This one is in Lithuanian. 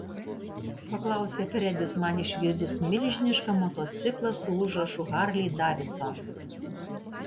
paklausė fredis man išvydus milžinišką motociklą su užrašu harley davidson